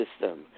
system